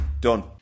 Done